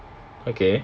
okay